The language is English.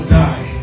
die